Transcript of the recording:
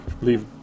leave